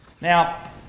Now